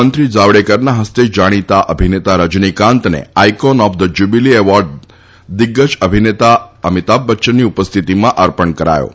મંત્રી જાવડેકરના હસ્તે જાણીતા અભિનેતા રજનીકાંતને icon of the jubilee award દિઝ્ગજ અભિનેતા અમિતાભ બચ્યનની ઉપસ્થિતિમાં અર્પણ કરાયો હતો